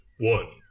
One